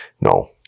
no